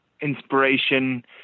inspiration